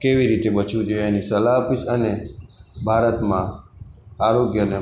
કેવી રીતે બચવું જોઈએ એની સલાહ આપીશ અને ભારતમાં આરોગ્યને